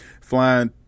Flying